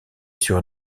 sur